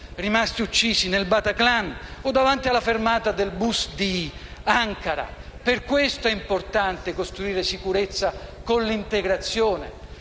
rimasti uccisi al Bataclan o davanti alla fermata del bus di Ankara. Per questo è importante costruire sicurezza con l'integrazione.